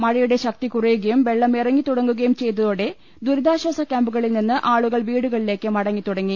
മഴയുടെ ശക്തി കുറയു കയും വെള്ള്ം ഇറങ്ങിത്തുടങ്ങുകയും ചെയ്തതോടെ ദുരിതാശ്വാസ കൃാമ്പുകളിൽ നിന്ന് ആളുകൾ വീടുകളിലേക്ക് മടങ്ങിത്തുടങ്ങി